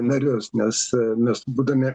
narius nes mes būdami